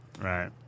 Right